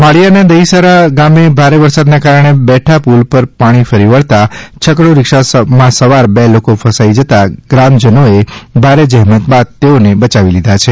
માળીયાના દહીસરા ગામે ભારે વરસાદના કારણે બેઠા પુલ પર પાણી ફરી વળતા છકડી રીક્ષામાં સવાર બે લોકો ફસાઇ જતાં ગ્રામલોકોએ ભારે જહેમત બાદ બયાવી લીધા છે